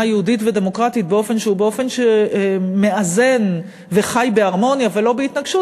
יהודית ודמוקרטית באופן שמאזן וחי בהרמוניה ולא בהתנגשות,